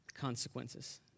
consequences